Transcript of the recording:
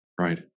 Right